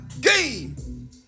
game